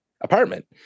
apartment